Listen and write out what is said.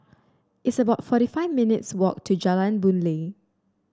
it's about forty five minutes' walk to Jalan Boon Lay